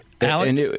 Alex—